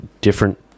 different